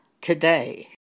today